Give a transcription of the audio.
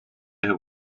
have